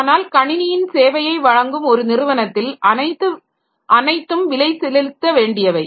ஆனால் கணினியின் சேவையை வழங்கும் ஒரு நிறுவனத்தில் அனைத்தும் விலை செலுத்த வேண்டியவை